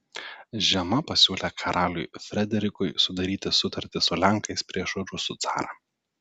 žema pasiūlė karaliui frederikui sudaryti sutartį su lenkais prieš rusų carą